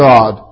God